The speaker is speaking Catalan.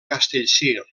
castellcir